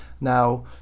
Now